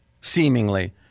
seemingly